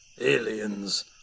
Aliens